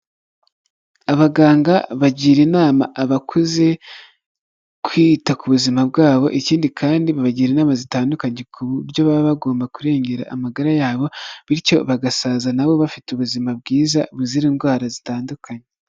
Abaganga bagira inama abakuze kwita ku buzima bwabo ikindi kandi babagira inama zitandukanye ku buryo baba bagomba kurengera amagara yabo bityo bagasaza nabo bafite ubuzima bwiza buzira indwara zitandukanye.